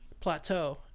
Plateau